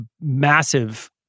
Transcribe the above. massive